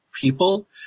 people